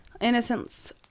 Innocence